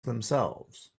themselves